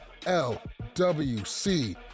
LWC